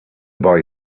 boy